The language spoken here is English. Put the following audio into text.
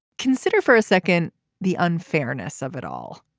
consider for a second the unfairness of it all.